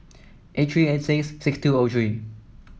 eight three eight six six two O three